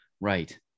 right